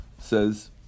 says